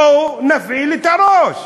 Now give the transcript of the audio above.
בואו נפעיל את הראש.